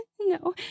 No